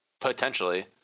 Potentially